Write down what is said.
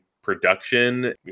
production